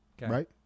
Right